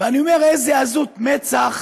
ואני אומר, איזו עזות מצח